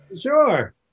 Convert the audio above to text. Sure